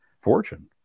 fortune